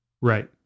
Right